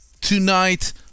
tonight